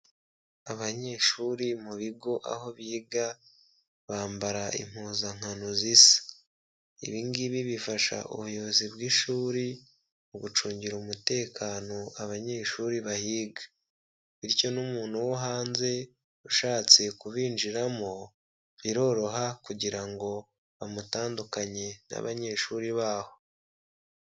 Abanyeshuri mu bigo aho biga bambara impuzankano zisa, ibingibi bifasha ubuyobozi bw'ishuri mu gucungira umutekano abanyeshuri bahiga, bityo n'umuntu wo hanze ushatse kubinjiramo biroroha kugira ngo amutandukanye n'abanyeshuri baho.